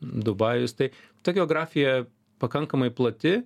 dubajus tai ta geografija pakankamai plati